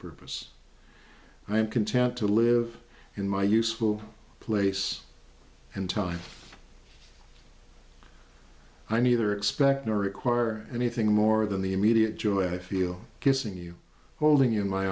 purpose i am content to live in my useful place and time i neither expect nor require anything more than the immediate joy i feel guessing you holding in my